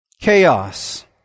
chaos